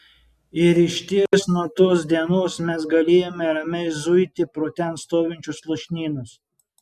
ir išties nuo tos dienos mes galėjome ramiai zuiti pro ten stovinčius lūšnynus